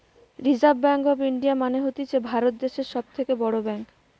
reserve bank of India মানে হতিছে ভারত দ্যাশের সব থেকে বড় ব্যাঙ্ক